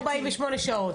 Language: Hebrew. אמרו 48 שעות.